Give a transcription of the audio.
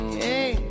hey